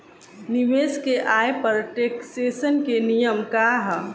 निवेश के आय पर टेक्सेशन के नियम का ह?